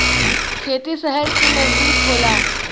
खेती सहर के नजदीक होला